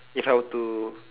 if I were to